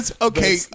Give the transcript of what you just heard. Okay